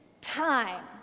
time